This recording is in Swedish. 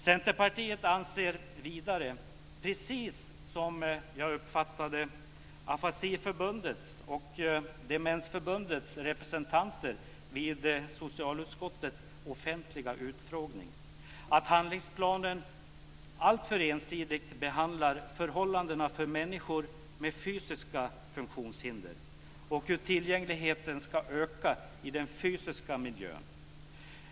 Centerpartiet anser vidare, precis som jag uppfattade Afasiförbundets och Demensförbundets representanter vid socialutskottets offentliga utfrågning, att handlingsplanen alltför ensidigt behandlar förhållandena för människor med fysiska funktionshinder och hur tillgängligheten ska öka i den fysiska miljön.